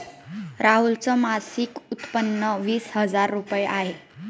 राहुल च मासिक उत्पन्न वीस हजार रुपये आहे